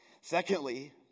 Secondly